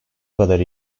kadar